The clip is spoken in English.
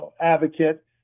advocate